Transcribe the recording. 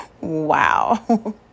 Wow